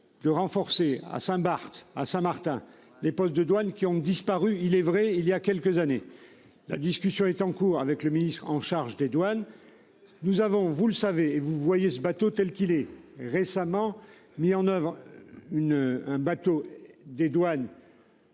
de renforcer à Saint Barth à Saint-Martin. Les postes de douane qui ont disparu. Il est vrai, il y a quelques années, la discussion est en cours avec le ministre en charge des douanes. Nous avons vous le savez, vous voyez ce bateau telle qu'il ait récemment mis en oeuvre une un bateau des douanes.--